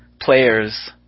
players